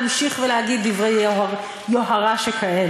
הגיע הזמן להחליף גם אתכם ללא ספק.